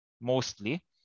mostly